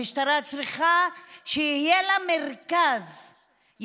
המשטרה צריכה שיהיה לה מרכז,